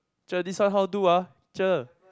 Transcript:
cher this one how to do ah cher